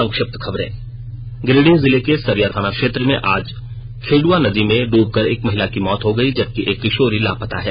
संक्षिप्त खबरें गिरिडीह जिले के सरिया थाना क्षेत्र में आज खेडुआ नदी में डूबकर एक महिला की मौत हो गयी जबकि एक किशोरी लापता है